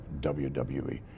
WWE